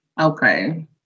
Okay